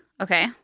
Okay